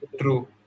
True